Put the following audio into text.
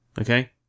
okay